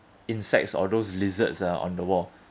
insects or those lizards ah on the wall